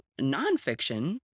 nonfiction